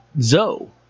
Zo